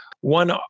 One